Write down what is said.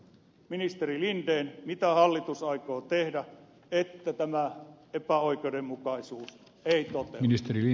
ministeri linden mitä hallitus aikoo tehdä että tämä epäoikeudenmukaisuus ei toteudu